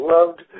Loved